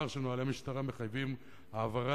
שלגביו נוהלי המשטרה מחייבים העברה